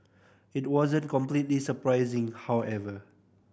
it wasn't completely surprising however